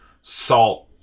salt